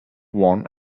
won